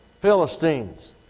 Philistines